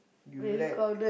you like